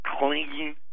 clinging